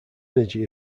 energy